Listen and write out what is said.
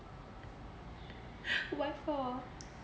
why four